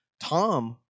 Tom